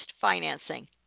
financing